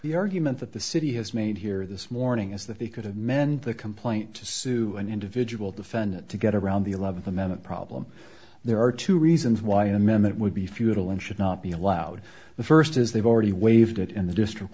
the argument that the city has made here this morning is that they could have men the complaint to sue an individual defendant to get around the eleven men a problem there are two reasons why an amendment would be futile and should not be allowed the first is they've already waived it in the district